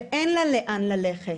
ואין לה לאן ללכת.